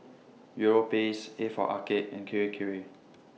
Europace A For Arcade and Kirei Kirei